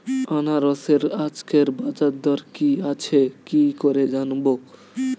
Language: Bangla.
আনারসের আজকের বাজার দর কি আছে কি করে জানবো?